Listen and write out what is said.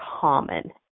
common